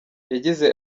yagize